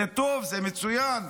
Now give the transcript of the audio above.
זה טוב, זה מצוין.